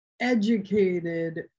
educated